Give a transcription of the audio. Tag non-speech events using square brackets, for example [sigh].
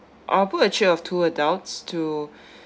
I'll book a trip of two adults to [breath]